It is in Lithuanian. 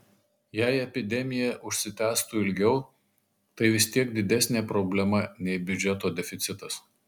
jei epidemija užsitęstų ilgiau tai vis tiek didesnė problema nei biudžeto deficitas